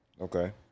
Okay